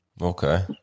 Okay